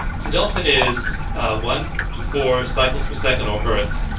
so delta is one to four cycles per second or hertz.